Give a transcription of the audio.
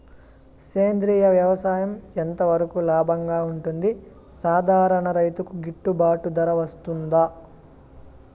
సేంద్రియ వ్యవసాయం ఎంత వరకు లాభంగా ఉంటుంది, సాధారణ రైతుకు గిట్టుబాటు ధర వస్తుందా?